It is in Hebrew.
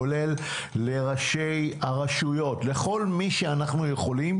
כולל לראשי הרשויות ולכל מי שאנחנו יכולים,